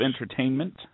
entertainment